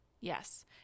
Yes